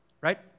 Right